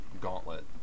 Gauntlet